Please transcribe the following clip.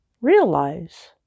Realize